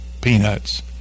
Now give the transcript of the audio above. peanuts